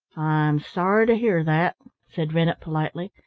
sorry to hear that, said rennett politely.